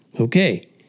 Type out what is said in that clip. Okay